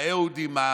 על האהודים,